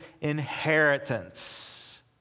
inheritance